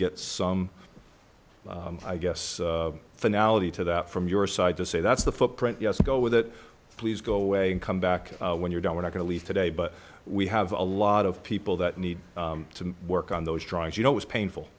get some i guess finale to that from your side to say that's the footprint yes go with it please go away and come back when you're done we're not going to leave today but we have a lot of people that need to work on those drawings you know was painful